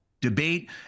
debate